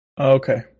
Okay